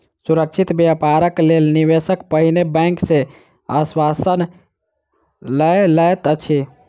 सुरक्षित व्यापारक लेल निवेशक पहिने बैंक सॅ आश्वासन लय लैत अछि